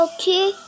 Okay